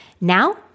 Now